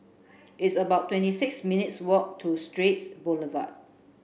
it's about twenty six minutes' walk to Straits Boulevard